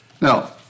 Now